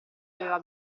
aveva